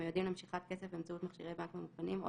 המיועדים למשיכת כסף באמצעות מכשירי בנק ממוכנים או